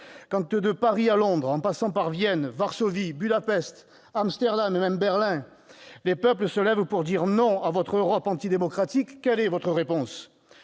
Quand, de Paris à Londres, en passant par Vienne, Varsovie, Budapest, Amsterdam et même Berlin, les peuples se lèvent pour dire non à votre Europe antidémocratique, quelle est votre réponse ?